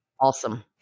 Awesome